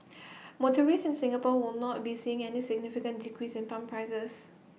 motorists in Singapore will not be seeing any significant decrease in pump prices